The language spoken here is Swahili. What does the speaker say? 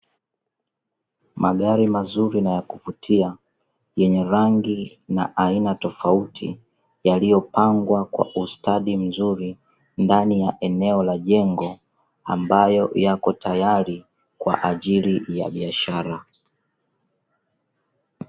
Magari mazuri na ya kuvutia, yenye rangi na aina tofauti. Yaliyopangwa kwa ustadi mzuri, ndani ya eneo la jengo ambayo yako tayari kwa ajili ya biashara.